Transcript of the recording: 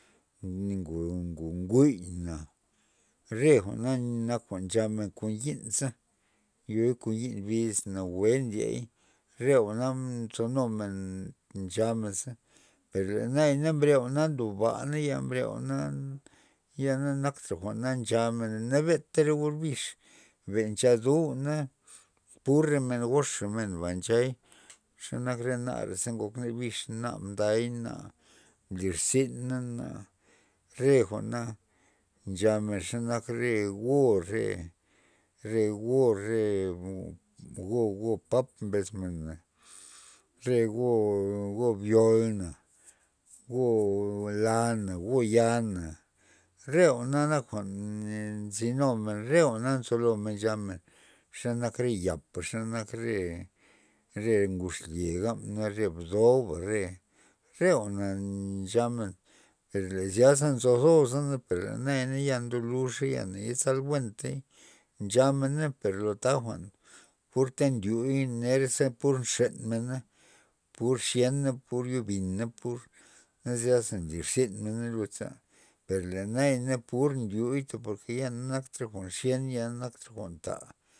Na ngo- ngo nguy na re jwa'na nak jwa'n nchamen kon yi'nza yoi kon yi'n biz na nawue ndiey re jwa'na nzonumen nchamenza per le nayana na mbre jwa'na ndoba nayana mbre re jwa'na ya na naktra jwa'na nchamen nabeta re or bix ben ncha du jwa'na pur re men ngoxa nchay xe nak re nare ze ngokna bix na mday na mblirzyna na re jwa'na nchamen xanak re go re- re go xebak go- go pap mbes mena re go byolna go la na go ya na re jwa'na nak nzinumen re jwa'na nzolomen nchamen xenak re yapa xe nak re ngud xlye gabna nare bdoba re re jwa'na nchamen per le zya nzo zosa na le nayana ndoluxa na ye zal buentey nchamena per lo ta jwa'n pur ta ndiuy ner ze pur nxen mena pur xyena pur yobina naze nlirzin mena ludza per le nayana pur ndiuy por ke nak jwa'n nxyen nak jwa'n nda.